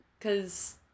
cause